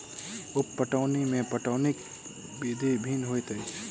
उप पटौनी मे पटौनीक विधि भिन्न होइत अछि